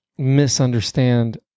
misunderstand